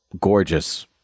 gorgeous